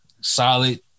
solid